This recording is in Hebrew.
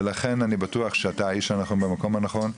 ולכן אני בטוח שאתה האיש הנכון במקום הנכון.